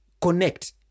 connect